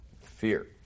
fear